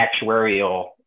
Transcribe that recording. actuarial